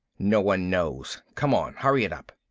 no one knows. come on, hurry it up!